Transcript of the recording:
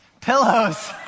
Pillows